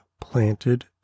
planted